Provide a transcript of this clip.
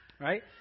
right